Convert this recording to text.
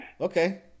Okay